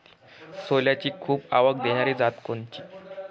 सोल्याची खूप आवक देनारी जात कोनची?